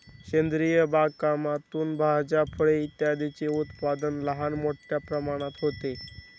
सेंद्रिय बागकामातून भाज्या, फळे इत्यादींचे उत्पादन लहान मोठ्या प्रमाणात होते